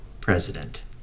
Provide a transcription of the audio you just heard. president